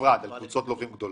נפרד על קבוצות לווים גדולות?